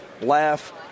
laugh